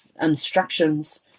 instructions